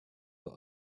were